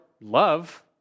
love